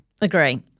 Agree